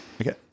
okay